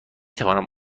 توانم